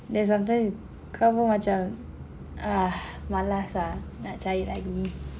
then sometimes kau pun macam malas lah nak cari lagi